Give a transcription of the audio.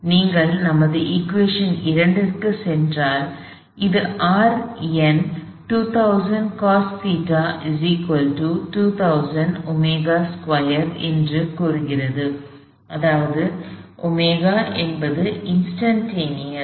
நீங்கள் நம் சமன்பாடு 2 க்குச் சென்றால் அது Rn - 2000cosϴ 2000ω2 என்று கூறுகிறது அதாவது ω என்பது இன்ஸ்டன்டேனியஸ்